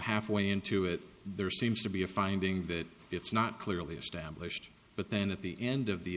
halfway into it there seems to be a finding that it's not clearly established but then at the end of the